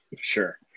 Sure